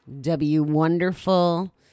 W-wonderful